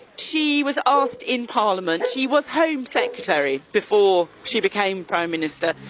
she was asked in parliament, she was home secretary before she became prime minister.